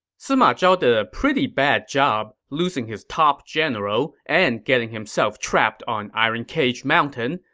sima zhao did a pretty bad job losing his top general and getting himself trapped on iron cage mountain,